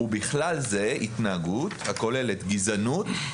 ובכלל זה התנהגות הכוללת גזענות,